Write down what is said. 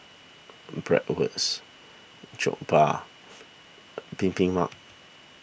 Bratwurst Jokbal Bibimbap